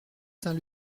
saint